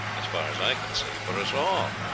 as far as i can see, for us all.